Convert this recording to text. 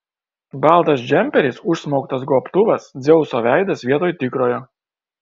baltas džemperis užsmauktas gobtuvas dzeuso veidas vietoj tikrojo